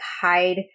hide